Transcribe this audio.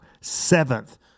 Seventh